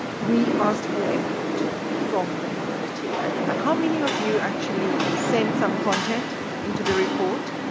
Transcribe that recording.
we asked for input from the community. and how many of you actually sent some content into the report?